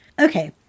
Okay